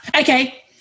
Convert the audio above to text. okay